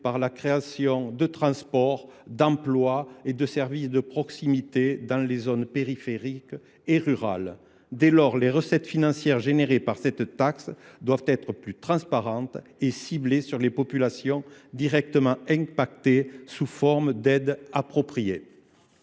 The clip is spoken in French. par la création de transports, d’emplois et de services de proximité dans les zones périphériques et rurales. Dès lors, les recettes de cette taxe doivent être plus transparentes et ciblées sur les populations les plus touchées en finançant des aides appropriées.